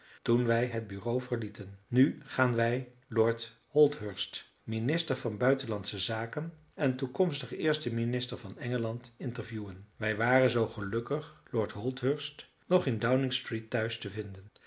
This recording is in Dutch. toen wij het bureau verlieten nu gaan wij lord holdhurst minister van buitenlandsche zaken en toekomstig eerste minister van engeland interviewen wij waren zoo gelukkig lord holdhurst nog in downing street thuis te vinden